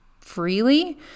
freely